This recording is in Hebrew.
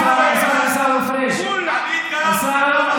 השר עיסאווי פריג', השר עיסאווי פריג'